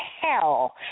hell